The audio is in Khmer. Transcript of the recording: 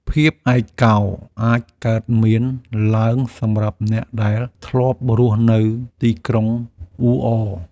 ភាពឯកោអាចកើតមានឡើងសម្រាប់អ្នកដែលធ្លាប់រស់នៅទីក្រុងអ៊ូអរ។